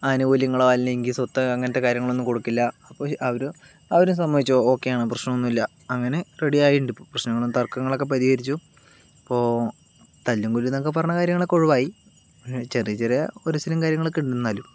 ആനുകൂല്യങ്ങളോ അല്ലെങ്കിൽ സ്വത്തോ അങ്ങനത്തെ കാര്യങ്ങളൊന്നും കൊടുക്കില്ല അപ്പോൾ അവർ അവരും സമ്മതിച്ചു ഓക്കെയാണ് പ്രശ്നമൊന്നുമില്ല അങ്ങനെ റെഡി ആയിട്ടുണ്ട് ഇപ്പോൾ പ്രശ്നങ്ങളും തർക്കങ്ങളൊക്കെ പരിഹരിച്ചു ഇപ്പോൾ തല്ലും കൊല്ലുമെന്നൊക്കെ പറഞ്ഞ കാര്യങ്ങളൊക്കെ ഒഴിവായി പക്ഷെ ചെറിയ ചെറിയ ഒരസലും കാര്യങ്ങളൊക്കെയുണ്ട് എന്നാലും